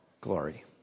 glory